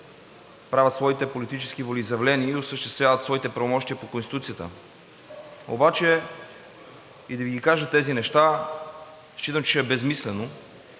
правят своите политически волеизявления и осъществяват своите правомощия по Конституцията. Обаче и да Ви ги кажа тези неща, считам, че ще е безсмислено.